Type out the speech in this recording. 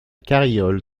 carriole